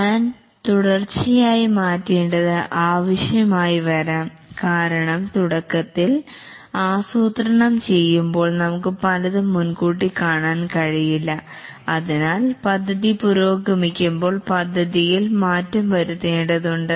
plan തുടർച്ചയായി മാറ്റേണ്ടത് ആവശ്യമായി വരാം കാരണം തുടക്കത്തിൽ ആസൂത്രണം ചെയ്യുമ്പോൾ നമുക്ക് പലതും മുൻകൂട്ടി കാണാൻ കഴിയില്ല അതിനാൽ പദ്ധതി പുരോഗമിക്കുമ്പോൾ പദ്ധതിയിൽ മാറ്റം വരുത്തേണ്ടതുണ്ട്